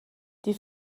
die